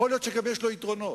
יכול להיות שיש לו גם יתרונות,